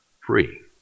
free